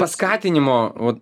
paskatinimo va